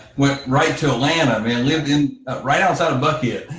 went right to atlanta man, lived in right outside and buckhead,